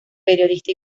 periodista